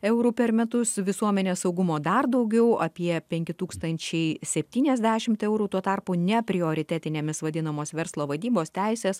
eurų per metus visuomenės saugumo dar daugiau apie penki tūkstančiai septyniasdešimt eurų tuo tarpu ne prioritetinėmis vadinamos verslo vadybos teisės